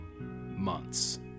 months